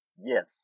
Yes